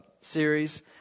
series